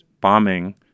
Bombing